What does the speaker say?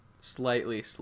slightly